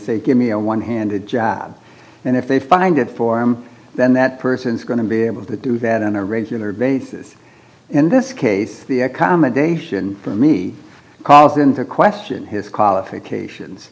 say give me a one handed job and if they find it for him then that person is going to be able to do that on a regular basis in this case the accommodation for me calls into question his qualifications